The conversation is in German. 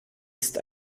ist